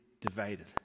divided